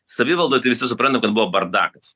savivaldoj tai visi suprantam kad buvo bardakas